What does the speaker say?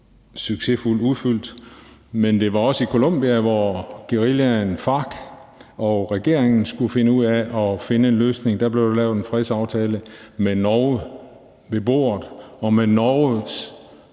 succesfuldt udfyldt. Men der var også Colombia, hvor guerillaen FARC og regeringen skulle finde ud af at finde en løsning. Der blev der lavet en fredsaftale med Norge ved bordet og med Norges